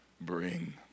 bring